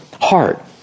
heart